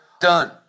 done